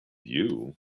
you